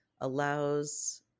allows